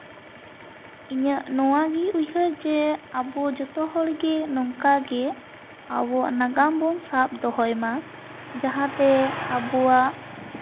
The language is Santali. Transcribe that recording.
ᱤᱧᱟᱹᱜ ᱱᱚᱣᱟᱜᱮ ᱩᱭᱦᱟᱹᱨ ᱡᱮ ᱟᱵᱚ ᱡᱚᱛᱚᱦᱚᱲᱜᱮ ᱱᱚᱝᱠᱟᱜᱮ ᱟᱵᱚᱣᱟᱜ ᱱᱟᱜᱟᱢ ᱵᱚᱱ ᱥᱟᱵ ᱫᱚᱦᱚᱭ ᱢᱟ ᱡᱟᱦᱟᱸᱛᱮ ᱟᱵᱚᱣᱟᱜ